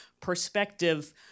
perspective